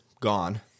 gone